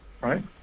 right